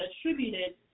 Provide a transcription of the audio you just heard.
attributed